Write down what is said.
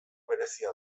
berezia